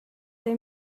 they